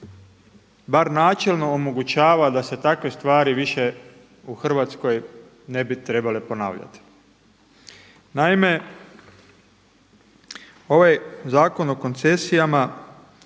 bar načelno omogućava da se takve stvari više u Hrvatskoj ne bi trebale ponavljati. Naime, ovaj Zakon o koncesijama